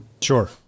Sure